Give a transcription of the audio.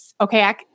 okay